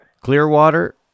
Clearwater